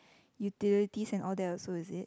utilities and all that also is it